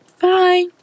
bye